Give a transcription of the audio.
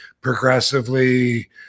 progressively